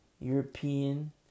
European